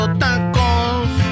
tacos